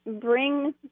bring